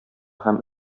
һәм